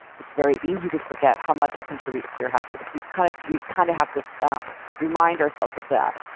it's very easy to forget how much it contributes to your happiness. we kind of we kind of have to um remind ourselves of that,